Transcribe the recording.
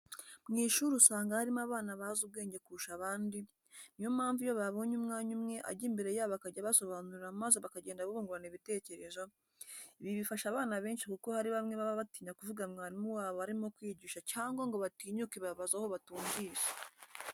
Mu ishuri usanga harimo abana bazi ubwenge kurusha abandi, niyo mpamvu iyo babonye umwanya umwe ajya imbere yabo akaba abasobanurira maze bakagenda bungurana ibitekerezo, ibi bifasha abana benshi kuko hari bamwe baba batinya kuvuga mwarimu wabo arimo kwigisha cyangwa ngo batinyuke babaze aho batumvise.